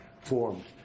formed